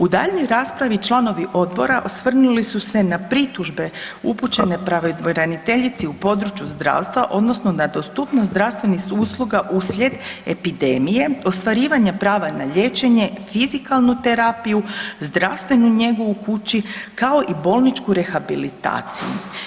U daljnjoj raspravi članovi odbora osvrnuli su se na pritužbe upućene pravobraniteljici u području zdravstva odnosno na dostupnost zdravstvenih usluga uslijed epidemije, ostvarivanja prava na liječenje i fizikalnu terapiju, zdravstvenu njegu u kući kao i bolničku rehabilitaciju.